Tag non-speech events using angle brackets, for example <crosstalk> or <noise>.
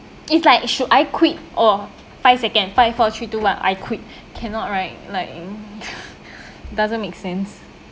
if like should I quit oh five second five four three two one I quit <breath> cannot right like <laughs> doesn't make sense